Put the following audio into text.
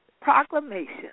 Proclamation